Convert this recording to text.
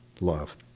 love